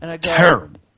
Terrible